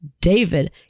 David